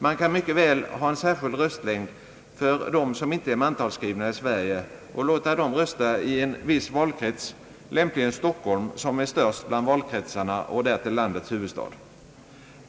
Man kan mycket väl ha en sär skild röstlängd för dem som inte är mantalsskrivna i Sverige och låta dem rösta i en viss valkrets, lämpligen Stockholm som är störst bland valkretsarna och därtill landets huvudstad.